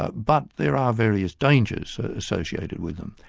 ah but there are various dangers associated with them.